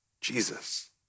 Jesus